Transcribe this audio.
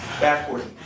backward